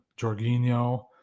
jorginho